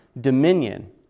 dominion